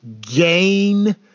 gain